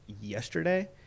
yesterday